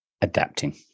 Adapting